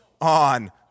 on